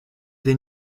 des